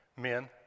Men